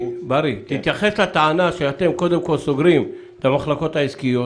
תתייחס לטענה שאתם קודם כול סוגרים את המחלקות העסקיות,